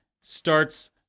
starts